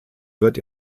wird